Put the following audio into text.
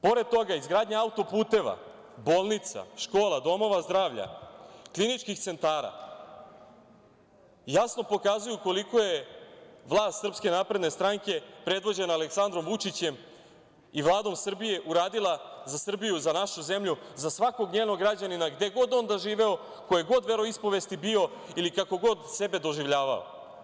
Pored toga, izgradnja autoputeva, bolnica, škola, domova zdravlja, kliničkih centara, jasno pokazuju koliko je vlast SNS predvođena Aleksandrom Vučićem i Vladom Srbije uradila za Srbiju, za našu zemlju, za svakog njenog građanina, gde god on živeo, koje god veroispovesti bio ili kako god sebe doživljavao.